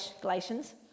Galatians